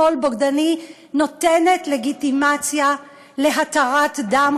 שמאל בוגדני נותנת לגיטימציה להתרת דם,